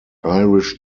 irish